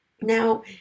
Now